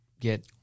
get